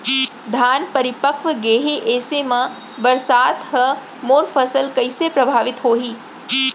धान परिपक्व गेहे ऐसे म बरसात ह मोर फसल कइसे प्रभावित होही?